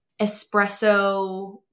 espresso